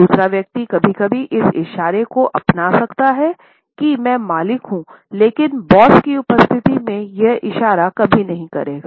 दूसरा व्यक्ति कभी कभी इस इशारे को अपना सकता हैकी मैं मालिक हूं लेकिन बॉस की उपस्थिति में यह इशारे कभी नहीं करेगा